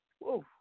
Whoa